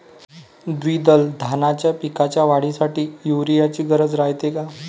द्विदल धान्याच्या पिकाच्या वाढीसाठी यूरिया ची गरज रायते का?